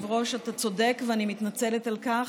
אדוני היושב-ראש, אתה צודק, ואני מתנצלת על כך.